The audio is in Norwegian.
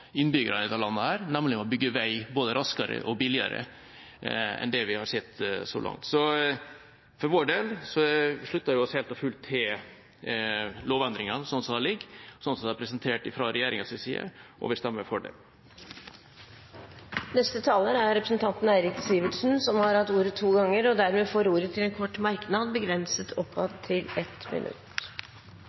innbyggerne i dette landet, nemlig å bygge vei både raskere og billigere enn det vi har sett så langt. For vår del slutter vi oss helt og fullt til lovendringene slik de foreligger, slik de er presentert fra regjeringas side. Vi stemmer for dem. Representanten Eirik Sivertsen har hatt ordet to ganger tidligere og får ordet til en kort merknad, begrenset til 1 minutt.